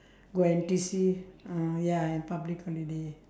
go N_T_U_C uh ya and public holiday